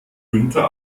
günther